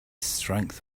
strength